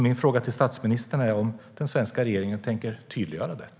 Min fråga till statsministern är om den svenska regeringen tänker tydliggöra detta.